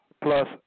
plus